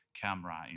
camera